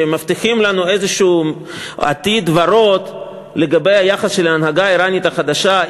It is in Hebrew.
שמבטיחים לנו איזשהו עתיד ורוד לגבי היחס של ההנהגה האיראנית החדשה,